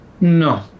No